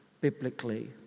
biblically